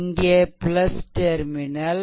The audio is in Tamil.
இங்கே டெர்மினல்